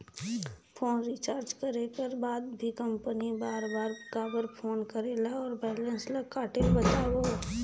Phone recharge करे कर बाद भी कंपनी बार बार काबर फोन करेला और बैलेंस ल काटेल बतावव?